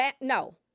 no